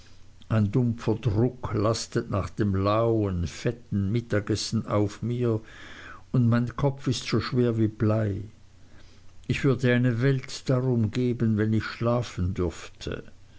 ein dumpfer druck lastet nach dem lauen fetten mittagessen her auf mir und mein kopf ist so schwer wie blei ich würde eine welt darum geben wenn ich schlafen dürfte